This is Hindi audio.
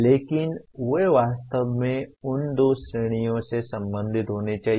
लेकिन वे वास्तव में उन दो श्रेणियों से संबंधित होने चाहिए